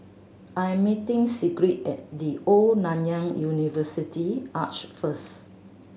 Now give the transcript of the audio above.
I'm meeting Sigrid at The Old Nanyang University Arch first